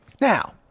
Now